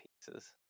pieces